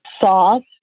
sauce